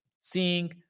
seeing